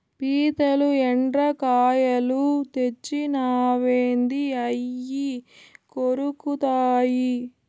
పీతలు, ఎండ్రకాయలు తెచ్చినావేంది అయ్యి కొరుకుతాయి